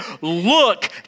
look